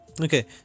Okay